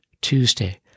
Tuesday